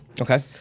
Okay